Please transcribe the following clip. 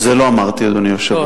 זה לא אמרתי, אדוני היושב-ראש.